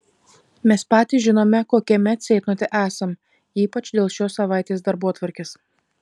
mes patys žinome kokiame ceitnote esam ypač dėl šios savaitės darbotvarkės